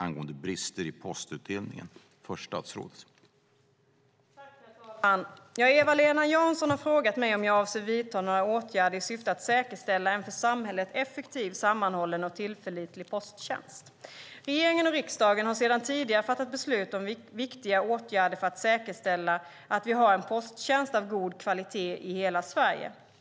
Herr talman! Eva-Lena Jansson har frågat mig om jag avser att vidta några åtgärder i syfte att säkerställa en för samhället effektiv, sammanhållen och tillförlitlig posttjänst. Regeringen och riksdagen har sedan tidigare fattat beslut om viktiga åtgärder för att säkerställa att vi har en posttjänst av god kvalitet i hela Sverige.